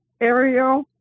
Ariel